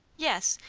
yes.